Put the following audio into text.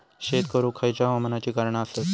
शेत करुक खयच्या हवामानाची कारणा आसत?